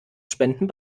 spenden